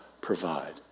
provide